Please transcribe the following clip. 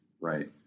Right